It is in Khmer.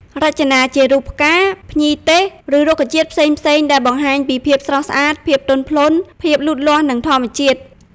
រចនាជារូបផ្កា ភ្ញីទេស ឬរុក្ខជាតិផ្សេងៗ ដែលបង្ហាញពី ភាពស្រស់ស្អាត ភាពទន់ភ្លន់ ភាពលូតលាស់ និងធម្មជាតិ។